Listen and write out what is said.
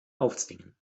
aufzwingen